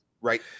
right